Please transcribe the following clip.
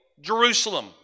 Jerusalem